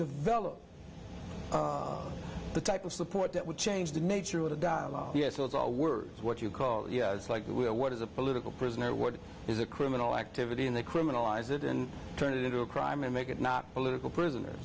develop the type of support that would change the nature of the dialogue yes those are words what you call it's like what is a political prisoner what is a criminal activity in the criminal eyes didn't turn it into a crime and make it not political prisoner